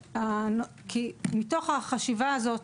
מתוך החשיבה הזו,